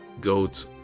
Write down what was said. goats